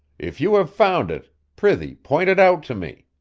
if you have found it, prithee point it out to me